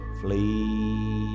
flee